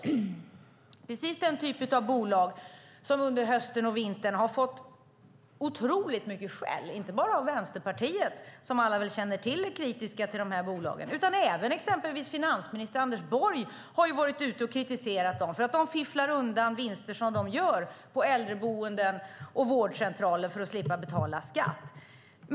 Det är precis den typ av bolag som under hösten och vintern har fått otroligt mycket skäll inte bara av Vänsterpartiet, som alla väl känner till är kritiska till de här bolagen, utan även av till exempel finansminister Anders Borg. Han har kritiserat dem för att de fifflar undan vinster som de gör på äldreboenden och vårdcentraler för att slippa betala skatt.